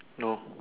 no